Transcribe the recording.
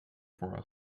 for